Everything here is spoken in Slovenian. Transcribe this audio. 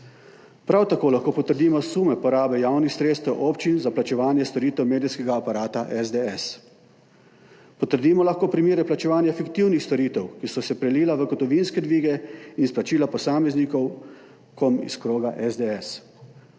Prav tako lahko potrdimo sume porabe javnih sredstev občin za plačevanje storitev medijskega aparata SDS. Potrdimo lahko primere plačevanja fiktivnih storitev, ki so se prelile v gotovinske dvige in izplačila posameznikom iz kroga SDS.